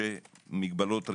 מוגבלויות ראייה,